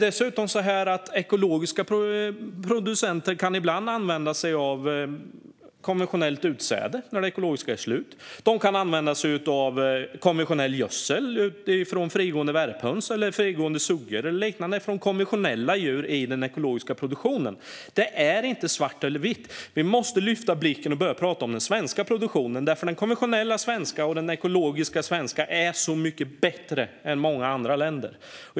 Dessutom kan ekologiska producenter ibland använda sig av konventionellt utsäde när det ekologiska är slut. De kan använda sig av konvenionell gödsel från frigående värphöns, frigående suggor eller andra konventionella djur i den ekologiska produktionen. Det är inte svart eller vitt. Vi måste lyfta blicken och börja prata om den svenska produktionen, för den konventionella svenska och den ekologiska svenska produktionen är så mycket bättre än många andra länders.